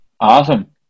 Awesome